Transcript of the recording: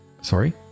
sorry